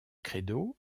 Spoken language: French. credo